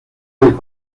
del